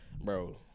Bro